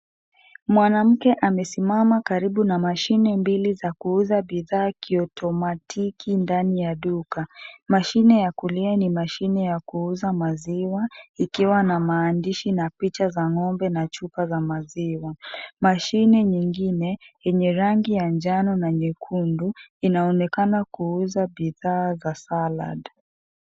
Mwanamke amesimama karibu na mashine mbili za kuuza bidhaa kyotomatiki ndani ya duka. Mashine ya kuliani mashine ya kuuza maziwa, ikiwa na maandishi na picha za ng'ombe na chupa za maziwa. Mashine nyingine yenye rangi ya njano na nyekundu inaonekana kuuza bidhaa za saladi.